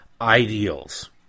ideals